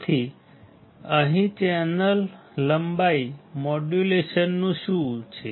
તેથી અહીં ચેનલ લંબાઈ મોડ્યુલેશન શું છે